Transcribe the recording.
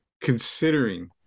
Considering